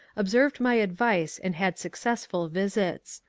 observed my advice and had successful visits.